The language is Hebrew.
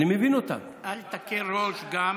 אל תקל ראש גם